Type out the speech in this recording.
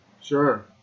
Sure